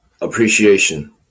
appreciation